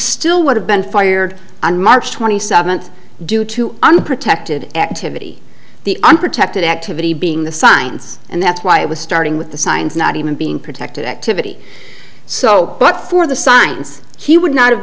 still would have been fired on march twenty seventh due to unprotected activity the unprotected activity being the signs and that's why it was starting with the signs not even being protected activity so but for the signs he would not have